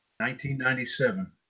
1997